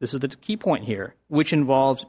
this is the key point here which involves